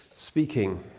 Speaking